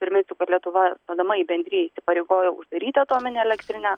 priminsiu kad lietuva stodama į bendriją įsipareigojo uždaryti atominę elektrinę